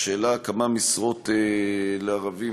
לשאלה כמה משרות לערבים,